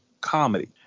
comedy